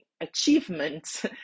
achievements